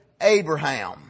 Abraham